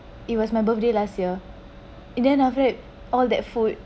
it was my birthday last year in the end after that all that food